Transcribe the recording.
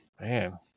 man